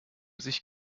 sich